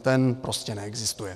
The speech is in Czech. Ten prostě neexistuje.